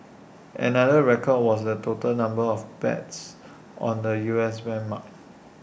another record was the total number of bets on the U S benchmark